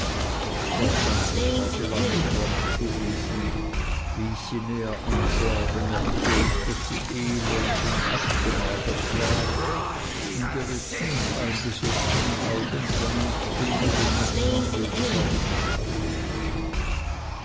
wahrscheinlich war sie lange krank gewesen wie ich sie näher ansah bemerkte ich daß sie elend und abgemagert war und ihre tief eingesunkenen augen von entbehrung und mangel zeugnis ablegten